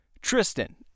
Tristan